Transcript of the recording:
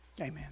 amen